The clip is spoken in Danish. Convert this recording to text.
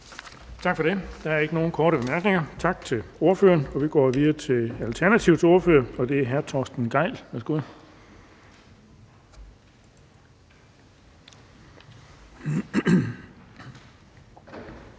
Tak for det. Der er ikke nogen korte bemærkninger. Tak til ordføreren. Vi går videre til Nye Borgerliges ordfører, og det er fru Mette Thiesen. Værsgo.